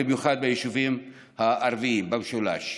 במיוחד ביישובים הערביים במשולש.